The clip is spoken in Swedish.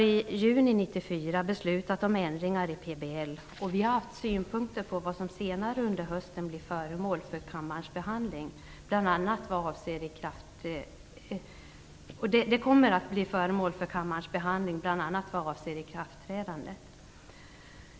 PBL som vi har haft synpunkter på och som senare under hösten kommer att bli föremål för kammarens behandling, bl.a. vad avser ikraftträdandet.